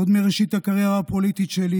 עוד מראשית הקריירה הפוליטית שלי